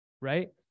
Right